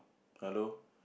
hello